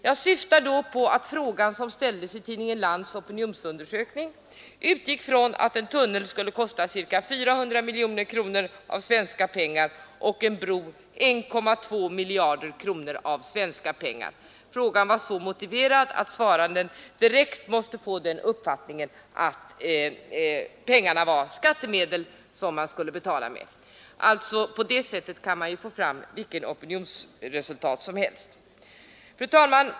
Jag syftar då på att frågan som ställdes i tidningen Lands opinionsundersökning utgick från att en tunnel skulle kosta ca 400 miljoner kronor av svenska pengar och en bro 1,2 miljarder kronor. Frågan var motiverad på sådant sätt att svaranden direkt måste få uppfattningen att dessa pengar utgjordes av skattemedel. På det sättet kan man ju få fram vilket opinionsresultat som helst. Fru talman!